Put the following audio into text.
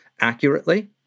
accurately